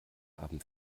abend